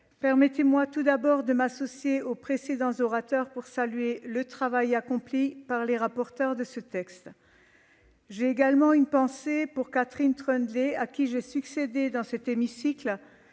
permettez-moi tout d'abord de m'associer aux précédents orateurs pour saluer le travail accompli par les rapporteurs de ce texte. J'ai également une pensée pour Catherine Troendlé, à qui j'ai succédé dans cet hémicycle.